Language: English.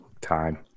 time